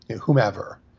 whomever